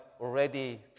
already